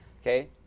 Okay